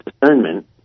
discernment